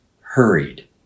hurried